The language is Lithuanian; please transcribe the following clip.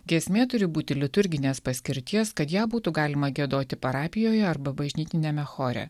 giesmė turi būti liturginės paskirties kad ją būtų galima giedoti parapijoje arba bažnytiniame chore